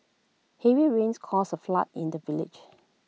heavy rains caused A flood in the village